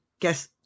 guess